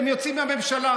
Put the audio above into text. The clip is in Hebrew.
הם יוצאים מהממשלה.